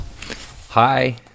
Hi